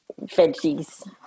veggies